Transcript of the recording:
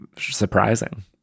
surprising